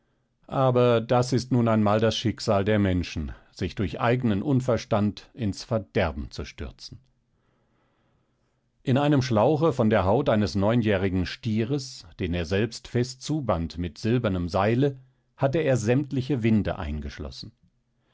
aber das ist nun einmal das schicksal der menschen sich durch eignen unverstand ins verderben zu stürzen in einem schlauche von der haut eines neunjährigen stieres den er selbst fest zuband mit silbernem seile hatte er sämtliche winde eingeschlossen